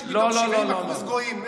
יש 75% גויים.